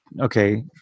okay